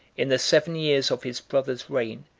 in the seven years of his brother's reign,